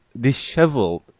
disheveled